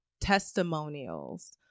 testimonials